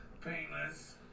Painless